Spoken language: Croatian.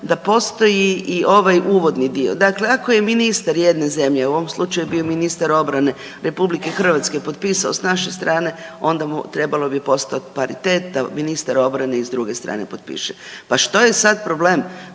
da postoji i ovaj uvodni dio. Dakle, ako je ministar jedne zemlje u ovom slučaju je bio ministar obrane Republike Hrvatske potpisao s naše strane onda bi trebalo postojati paritet da ministar obrane i s druge strane potpiše. Pa što je sada problem